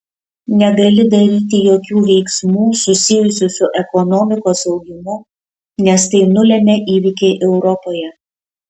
negali daryti jokių veiksmų susijusių su ekonomikos augimu nes tai nulemia įvykiai europoje